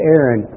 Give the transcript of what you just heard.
Aaron